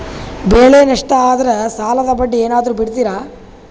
ಬೆಳೆ ನಷ್ಟ ಆದ್ರ ಸಾಲದ ಬಡ್ಡಿ ಏನಾದ್ರು ಬಿಡ್ತಿರಾ?